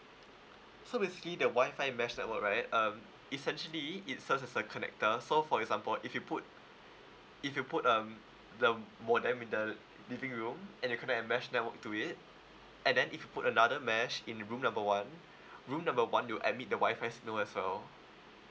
so basically the wi-fi mesh network right um essentially it serves as a connector so for example if you put if you put um the m~ modem in the living room and you connect a mesh network to it and then if you put another mesh in room number one room number one will emit the wi-fi signal as well